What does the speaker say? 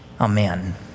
Amen